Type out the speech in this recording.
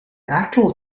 actual